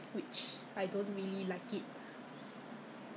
I just happen to have the thirty eight percent discount 要不然我都